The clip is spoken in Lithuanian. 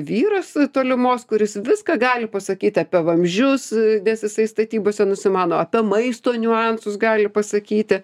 vyras tolimos kuris viską gali pasakyti apie vamzdžius nes jisai statybose nusimano apie maisto niuansus gali pasakyti